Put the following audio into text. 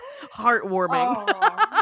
heartwarming